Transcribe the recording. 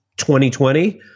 2020